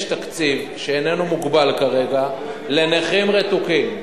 יש תקציב, שאיננו מוגבל כרגע, לנכים רתוקים.